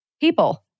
people